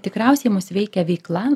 tikriausiai mus veikia veikla